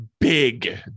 big